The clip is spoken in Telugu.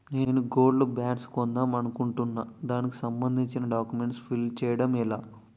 నేను గోల్డ్ బాండ్స్ కొందాం అనుకుంటున్నా దానికి సంబందించిన డాక్యుమెంట్స్ ఫిల్ చేయడం ఎలా?